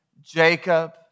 Jacob